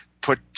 put